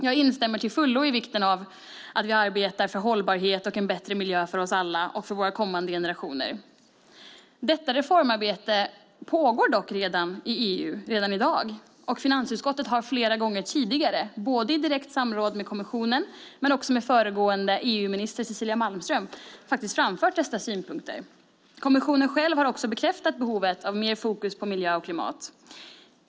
Jag instämmer till fullo i vikten av att vi arbetar för hållbarhet och en bättre miljö för oss alla och våra kommande generationer. Detta reformarbete pågår dock redan i dag i EU. Finansutskottet har också flera gånger tidigare, inte bara i direkt samråd med kommissionen utan även med föregående EU-minister Cecilia Malmström, framfört dessa synpunkter. Kommissionen själv har också bekräftat behovet av mer fokus på miljö och klimat.